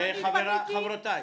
הוא לא אומר אמת.